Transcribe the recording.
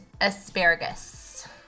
asparagus